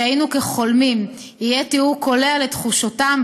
ש"היינו כחולמים" יהיה תיאור קולע לתחושתם,